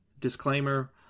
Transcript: disclaimer